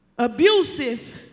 Abusive